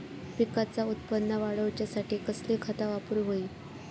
पिकाचा उत्पन वाढवूच्यासाठी कसली खता वापरूक होई?